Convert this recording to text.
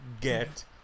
get